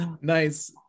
Nice